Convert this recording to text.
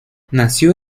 nació